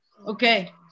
Okay